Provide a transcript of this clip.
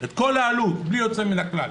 את כל העלות בלי יוצא מן הכלל,